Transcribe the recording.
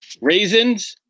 raisins